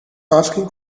asking